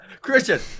Christian